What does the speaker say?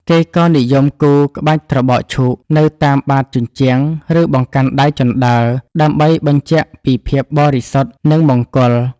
គេក៏និយមគូរ ក្បាច់ត្របកឈូក នៅតាមបាតជញ្ជាំង ឬបង្កាន់ដៃជណ្តើរ ដើម្បីបញ្ជាក់ពីភាពបរិសុទ្ធ និងមង្គល។